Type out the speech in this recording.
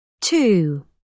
Two